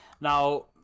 Now